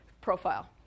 profile